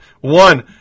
one